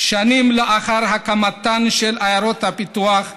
שנים לאחר הקמתן של עיירות הפיתוח,